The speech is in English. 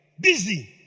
busy